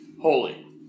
holy